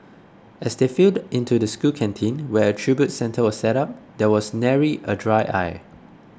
as they filed into the school canteen where a tribute centre was set up there was nary a dry eye